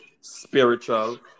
spiritual